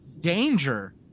danger